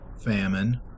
Famine